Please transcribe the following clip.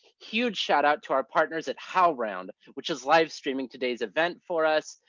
huge shout out to our partners at howlround, which is livestreaming today's event for us.